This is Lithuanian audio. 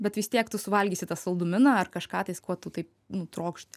bet vis tiek tu suvalgysi tą saldumyną ar kažką tais ko tu taip nu trokšti